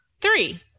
three